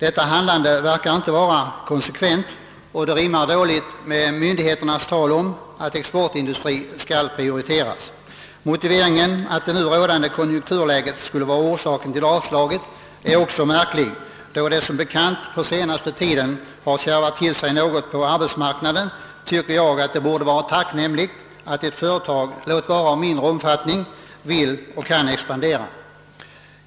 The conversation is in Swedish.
Ett sådant handlande verkar inte att vara konsekvent, och det rimmar dåligt med myndigheternas tal om att exportindustrien skall prioriteras. Motiveringen att det rådande konjunkturläget skulle vara orsaken till avslaget är också märklig, eftersom det ju på senaste tiden har något kärvat till sig på arbetsmarknaden. Då tycker jag det borde vara tacknämligt att ett företag, låt vara av mindre omfattning, vill och kan expandera.